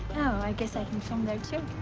oh, i guess i can film there, too.